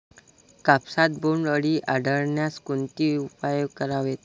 कापसात बोंडअळी आढळल्यास कोणते उपाय करावेत?